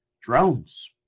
drones